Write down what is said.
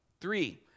Three